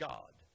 God